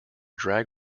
drag